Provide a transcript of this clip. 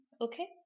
Okay